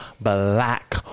black